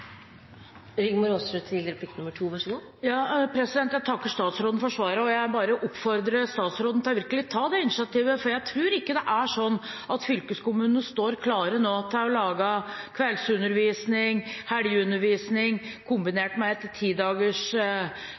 Jeg takker statsråden for svaret. Jeg vil bare oppfordre statsråden til virkelig å ta det initiativet, for jeg tror ikke det er sånn at fylkeskommunene nå står klar til å tilby kvelds- og helgeundervisning kombinert med